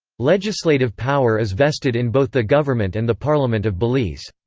legislative power is vested in both the government and the parliament of belize.